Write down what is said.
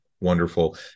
Wonderful